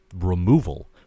removal